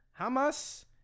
Hamas